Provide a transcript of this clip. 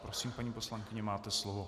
Prosím, paní poslankyně, máte slovo.